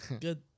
good